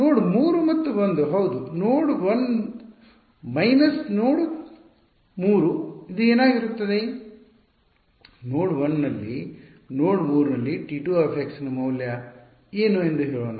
ನೋಡ್ 3 ಮತ್ತು 1 ಹೌದು ನೋಡ್ 1 ಮೈನಸ್ ನೋಡ್ 3 ಇದು ಏನಾಗಿರುತ್ತದೆ ನೋಡ್ 1 ನಲ್ಲಿ ನೋಡ್ 3 ನಲ್ಲಿ T 2 ನ ಮೌಲ್ಯ ಏನು ಎಂದು ಹೇಳೋಣ